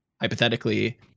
hypothetically